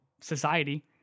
society